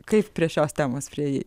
kaip prie šios temos priėjai